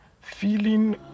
feeling